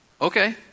Okay